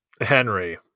Henry